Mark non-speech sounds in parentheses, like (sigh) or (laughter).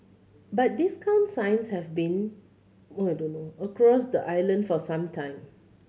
but discount signs have been (unintelligible) across the island for some time